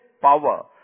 power